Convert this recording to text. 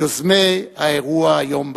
יוזמי האירוע היום בכנסת.